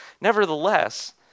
Nevertheless